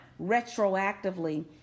retroactively